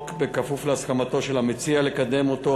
בכפוף להסכמתו של המציע לקדם אותו,